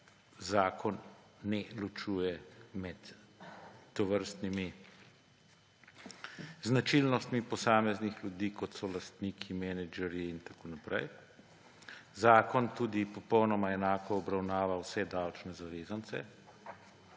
zakon ne ločuje med tovrstnimi značilnostmi posameznih ljudi, kot so lastniki, menedžerji in tako naprej. Zakon tudi popolnoma enako obravnava vse davčne zavezance.